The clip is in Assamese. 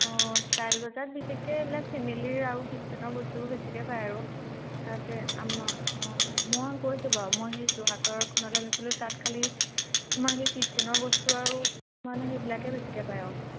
অঁ ষ্টাইল বজাত বিশেষকে এইবিলাক ফেমিলিৰ আৰু কিটচেনৰ বস্তুবোৰ বেছিকে পায় আৰু তাতে আমাৰ অঁ মই গৈছোঁ বাৰু মই সেই যোৰহাটৰখনলৈ গৈছিলোঁ তাত খালী তোমাৰ সেই কিটচেনৰ বস্তু আৰু মানে সেইবিলাকে বেছিকে পায় আৰু